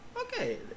Okay